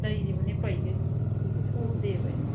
ꯂꯩꯔꯤꯕꯅꯤ ꯄꯩꯒꯩ ꯁꯨꯗꯦꯕ ꯑꯩ